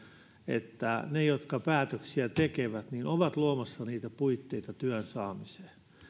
että ne jotka päätöksiä tekevät ovat luomassa puitteita työn saamiselle